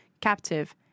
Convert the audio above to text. captive